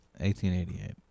1888